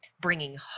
bringing